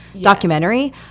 documentary